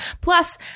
Plus